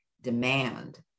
demand